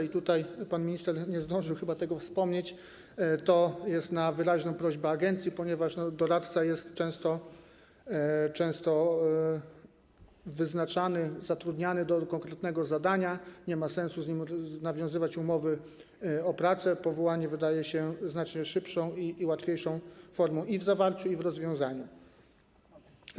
I tutaj pan minister nie zdążył chyba tego wspomnieć, że to jest na wyraźną prośbę agencji, ponieważ doradca jest często wyznaczany, zatrudniany do konkretnego zadania, nie ma sensu z nim nawiązywać umowy o pracę, powołanie wydaje się znacznie szybszą i łatwiejszą formą i w przypadku zawarcia, i w przypadku rozwiązania.